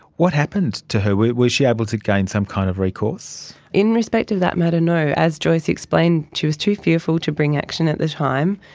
what happened to her? was she able to gain some kind of recourse? in respect to that matter, no. as joyce explained, she was too fearful to bring action at the time,